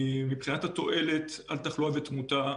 מבחינת התועלת על תחלואה ותמותה